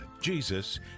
Jesus